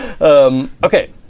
Okay